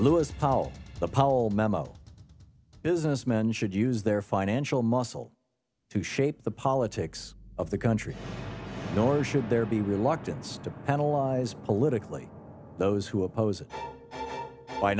memo business men should use their financial muscle to shape the politics of the country nor should there be reluctance to penalize politically those who oppose it by